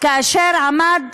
כאשר עמדה